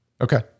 Okay